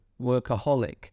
workaholic